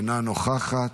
אינה נוכחת,